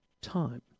time